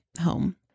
home